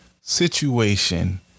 situation